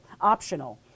optional